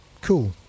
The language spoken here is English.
Cool